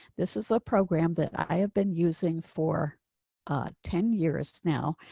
this is a program that i have been using for ah ten years now.